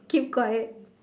keep quiet